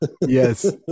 yes